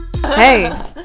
Hey